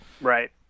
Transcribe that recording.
Right